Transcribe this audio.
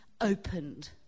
opened